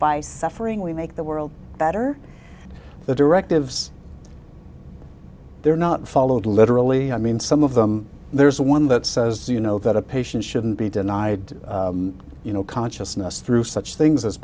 by suffering we make the world better the directives they're not followed literally i mean some of them there's one that says you know that a patient shouldn't be denied you know consciousness through such things as